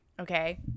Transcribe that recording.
okay